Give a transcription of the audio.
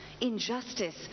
injustice